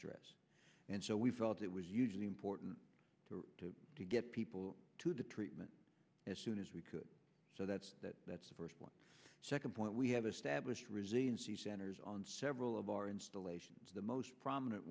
stress and so we felt it was usually important to get people to the treatment as soon as we could so that's that that's the first one second point we have established resiliency centers on several of our installations the most prominent